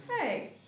Hey